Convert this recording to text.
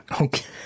Okay